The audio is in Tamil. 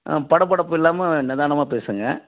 படபடப்பு இல்லாமல் நிதானமாக பேசுங்கள்